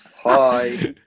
Hi